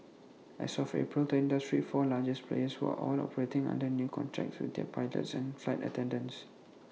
as of April the industry's four largest players were all operating under new contracts with their pilots and flight attendants